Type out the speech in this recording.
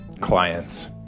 clients